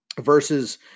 versus